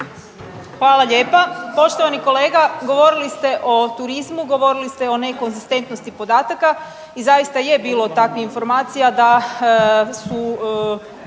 Hvala lijepa. Poštovani kolega, govorili ste o turizmu, govorili ste o nekonzistentnosti podataka i zaista je bilo takvih informacija da su